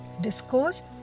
Discourse